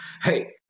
Hey